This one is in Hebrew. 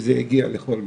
וזה הגיע לכל מקום.